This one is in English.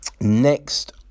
Next